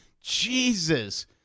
Jesus